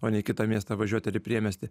o ne į kitą miestą važiuot ir į priemiestį